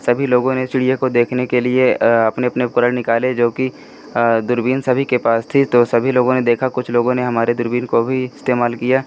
सभी लोगों ने इस चिड़िया को देखने के लिए अपने अपने उपकरण निकाले जोकि दूरबीन सभी के पास थी तो सभी लोगों ने देखा कुछ लोगों ने हमारे दूरबीन का भी इस्तेमाल किया